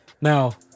now